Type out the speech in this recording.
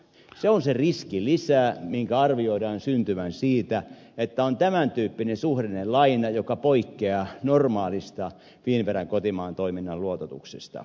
se on se riskilisä minkä arvioidaan syntyvän siitä että on tämän tyyppinen suhdannelaina joka poikkeaa normaalista finnveran kotimaan toiminnan luototuksesta